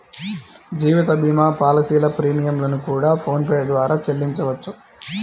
జీవిత భీమా పాలసీల ప్రీమియం లను కూడా ఫోన్ పే ద్వారానే చెల్లించవచ్చు